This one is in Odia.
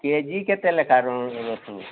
କେ ଜି କେତେ ଲେଖାଏଁ ର ରସୁଣ